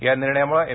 या निर्णयामुळे एम